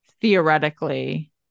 Theoretically